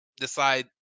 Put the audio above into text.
decide